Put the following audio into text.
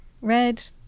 red